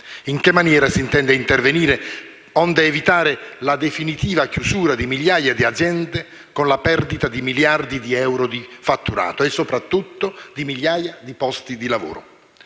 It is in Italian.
In che maniera si intende intervenire onde evitare la definitiva chiusura di migliaia di aziende con la perdita di miliardi di euro di fatturato e, soprattutto, di migliaia di posti di lavoro?